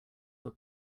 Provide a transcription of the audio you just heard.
were